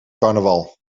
carnaval